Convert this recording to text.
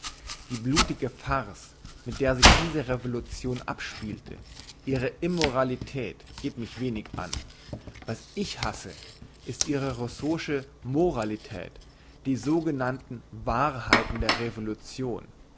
die blutige farce mit der sich diese revolution abspielte ihre immoralität geht mich wenig an was ich hasse ist ihre rousseau'sche moralität die sogenannten wahrheiten der revolution